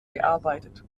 gearbeitet